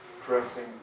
pressing